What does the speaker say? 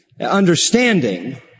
Understanding